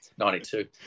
92